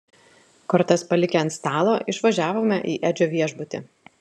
kortas palikę ant stalo išvažiavome į edžio viešbutį